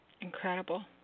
Incredible